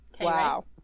Wow